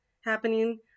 happening